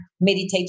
meditate